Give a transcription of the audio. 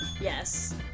yes